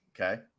Okay